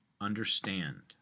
understand